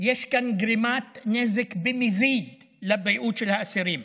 יש כאן גרימת נזק במזיד לבריאות של האסירים.